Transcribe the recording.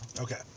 Okay